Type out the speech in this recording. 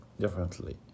differently